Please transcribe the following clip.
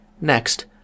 Next